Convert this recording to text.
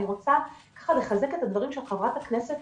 אני רוצה לחזק את הדברים של חברת הכנסת